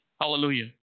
Hallelujah